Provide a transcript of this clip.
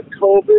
COVID